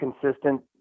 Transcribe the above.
consistent